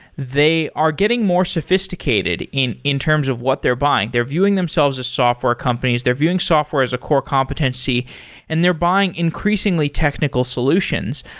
they are getting more sophisticated in in terms of what they're buying. they're viewing themselves as software companies. they're viewing software as a core competency and they're buying increasingly technical solutions.